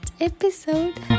episode